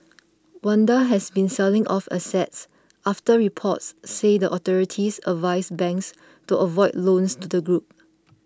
Wanda has been selling off assets after reports said the authorities advised banks to avoid loans to the group